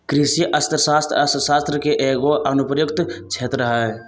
कृषि अर्थशास्त्र अर्थशास्त्र के एगो अनुप्रयुक्त क्षेत्र हइ